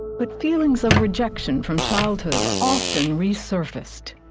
but feelings of rejection from childhood often resurfaced.